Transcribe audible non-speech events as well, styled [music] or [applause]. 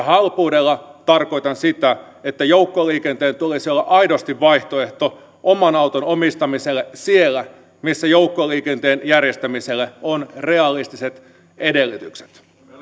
[unintelligible] halpuudella tarkoitan sitä että joukkoliikenteen tulisi olla aidosti vaihtoehto oman auton omistamiselle siellä missä joukkoliikenteen järjestämiselle on realistiset edellytykset